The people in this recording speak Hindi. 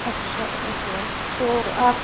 अच्छा ओके तो आप